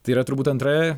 tai yra turbūt antra